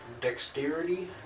dexterity